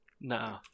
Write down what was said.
no